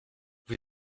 vous